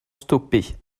stoppée